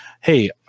Hey